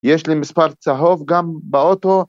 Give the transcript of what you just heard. ‫יש לי מספר צהוב גם באוטו.